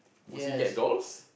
Pussycat Dolls